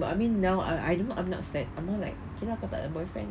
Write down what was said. but I mean now I I don't know I'm not sad I'm more like okay lah kau tak ada boyfriend